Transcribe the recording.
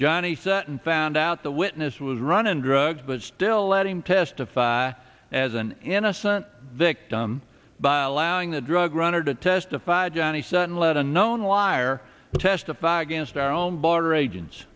johnny sutton found out the witness was runnin drugs but still let him testify as an innocent victim by allowing the drug runner to testify johnny sutton led a known liar to testify against our own border agents